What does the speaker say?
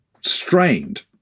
strained